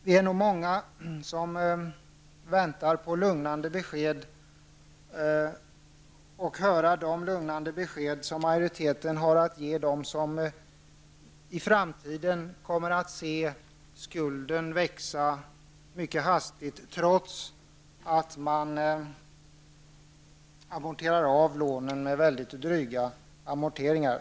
Det är många som väntar på att höra de lugnande besked som majoriteten har att ge dem som i framtiden kommer att se skulden växa mycket hastigt trots att de amorterar lånen med mycket dryga amorteringar.